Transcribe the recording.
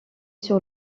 sur